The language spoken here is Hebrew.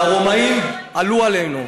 והרומאים עלו עלינו.